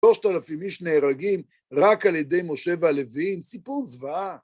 3,000 איש נהרגים רק על ידי משה והלווים, סיפור זוועה.